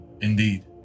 Indeed